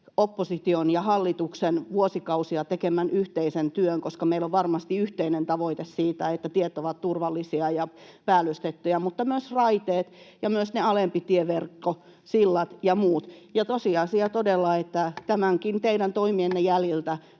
opposition ja hallituksen vuosikausia tekemän yhteisen työn, koska meillä on varmasti yhteinen tavoite siitä, että tiet ovat turvallisia ja päällystettyjä, mutta myös raiteet ja myös se alempi tieverkko, sillat ja muut. Tosiasia todella on, että näidenkin teidän toimienne jäljiltä